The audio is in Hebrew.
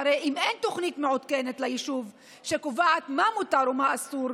שהרי אם אין תוכנית מעודכנת ליישוב שקובעת מה מותר ומה אסור,